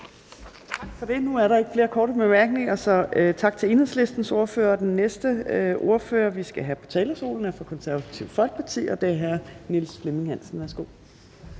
Tak for det. Nu er der ikke flere korte bemærkninger, så tak til Enhedslistens ordfører. Den næste ordfører, vi skal have på talerstolen, er fra Det Konservative Folkeparti, og det er hr. Niels Flemming Hansen. Værsgo.